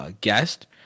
Guest